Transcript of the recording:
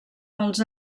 als